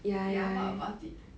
ya what about it